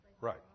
right